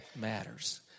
matters